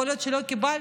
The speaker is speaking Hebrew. יכול להיות שלא קיבלת,